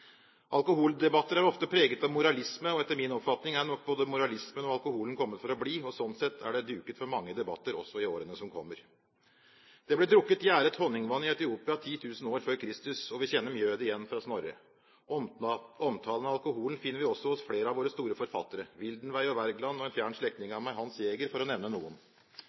Alkoholdebatter er ofte preget av moralisme. Etter min oppfatning er nok både moralismen og alkoholen kommet for å bli, og sånn sett er det duket for mange debatter også i årene som kommer. Det ble drukket gjæret honningvann i Etiopia 10 000 år f.Kr., og vi kjenner mjødet igjen fra Snorre. Omtalen av alkoholen finner vi også hos flere av våre store forfattere – Wildenvey og Wergeland og en fjern slektning av meg, Hans Jæger, for å nevne noen.